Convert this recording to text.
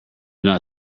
not